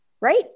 right